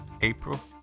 April